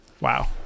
wow